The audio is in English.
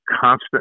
constant